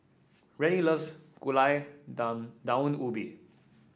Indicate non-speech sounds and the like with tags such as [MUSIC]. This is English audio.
Rennie loves Gulai [UNINTELLIGIBLE] Daun Ubi